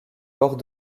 bords